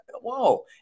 Whoa